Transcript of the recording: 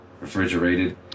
refrigerated